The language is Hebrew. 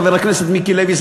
חבר הכנסת מיקי לוי,